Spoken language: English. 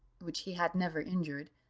which he had never injured,